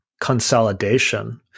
consolidation